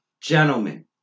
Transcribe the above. gentlemen